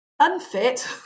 unfit